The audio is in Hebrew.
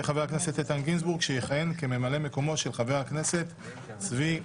גינזבורג; מטעם סיעת יש עתיד יסמין פרידמן,